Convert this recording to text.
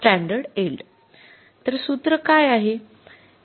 तर सूत्र काय आहे